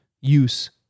use